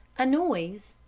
a noise,